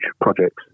projects